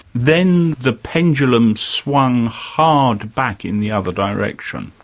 then the pendulum swung hard back in the other direction.